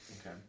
okay